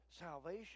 salvation